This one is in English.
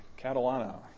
Catalano